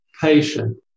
patient